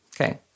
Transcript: Okay